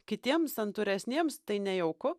kitiems santūresniems tai nejauku